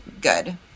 good